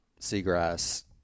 seagrass